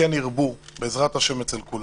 כן ירבו בעזרת השם אצל כולם,